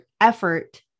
effort